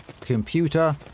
computer